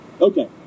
Okay